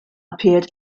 appeared